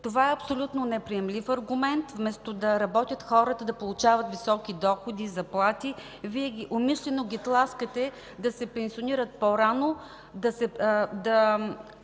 Това е абсолютно неприемлив аргумент. Вместо да работят хората и да получават високи доходи, заплати, Вие умишлено ги тласкате да се пенсионират по-рано, да